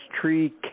tree